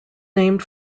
named